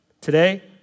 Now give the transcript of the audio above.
Today